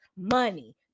Money